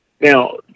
Now